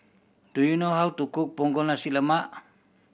do you know how to cook Punggol Nasi Lemak